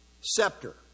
scepter